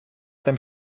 там